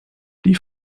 die